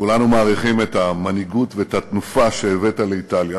כולנו מעריכים את המנהיגות ואת התנופה שהבאת לאיטליה.